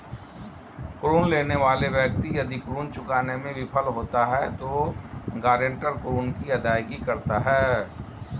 ऋण लेने वाला व्यक्ति यदि ऋण चुकाने में विफल होता है तो गारंटर ऋण की अदायगी करता है